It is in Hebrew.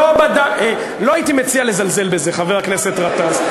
לא הייתי מציע לזלזל בזה, חבר הכנסת גטאס.